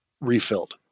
refilled